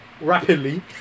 rapidly